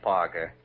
Parker